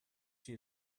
she